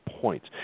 points